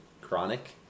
chronic